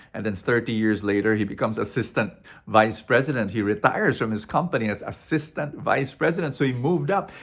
and then thirty years later he becomes assistant vice president. he retires from his company as assistant vice president! so he moved up.